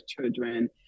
children